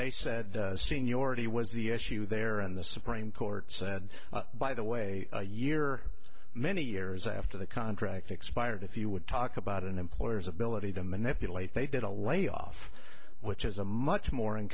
they said seniority was the issue there and the supreme court said by the way a year or many years after the contract expired if you would talk about an employer's ability to manipulate they did a layoff which is a much more in